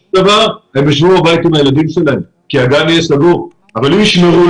הם ישבו בבית עם הילדים שלהם כי הגן יהיה סגור אבל אם ישמרו,